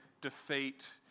defeat